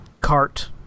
cart